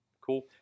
Cool